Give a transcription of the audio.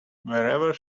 wherever